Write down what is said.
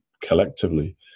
collectively